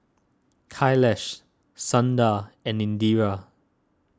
Kailash Sundar and Indira